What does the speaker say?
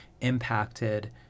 impacted